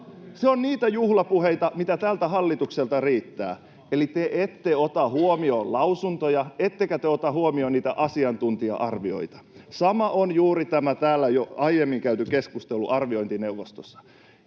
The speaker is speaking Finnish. Se on niitä juhlapuheita, mitä tältä hallitukselta riittää. — Eli te ette ota huomioon lausuntoja, ettekä te ota huomioon niitä asiantuntija-arvioita. Sama on juuri tämä jo aiemmin käyty keskustelu arviointineuvostossa.